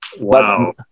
Wow